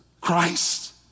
Christ